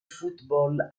football